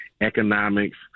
economics